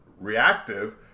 reactive